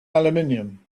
aluminium